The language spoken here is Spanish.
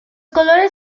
colores